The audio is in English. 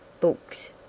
books